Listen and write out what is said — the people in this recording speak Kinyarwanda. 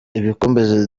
ibikombe